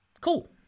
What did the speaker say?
Cool